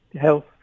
health